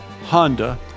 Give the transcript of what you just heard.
Honda